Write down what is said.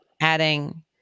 adding